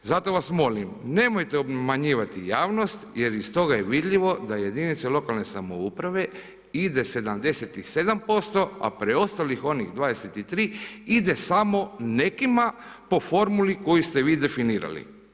Zato vas molim nemojte obmanjivati javnost jer iz toga je vidljivo da jedinice lokalne samouprave ide 77% a preostalih onih 23% nekima po formuli koju ste vi definirali.